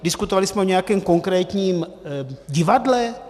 Diskutovali jsme o nějakém konkrétním divadle?